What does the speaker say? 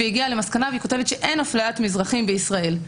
היא כותבת שאין אפליית מזרחים בישראל.